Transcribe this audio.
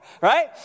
right